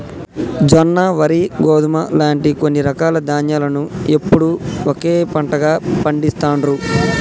జొన్న, వరి, గోధుమ లాంటి కొన్ని రకాల ధాన్యాలను ఎప్పుడూ ఒకే పంటగా పండిస్తాండ్రు